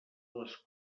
les